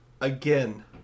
again